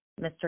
Mr